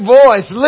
voice